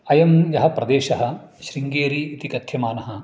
अयं यः प्रदेशः श्रिङ्गेरीति कथ्यमानः